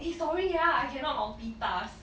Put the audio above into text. eh sorry ah I cannot multitask